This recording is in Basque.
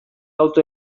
auto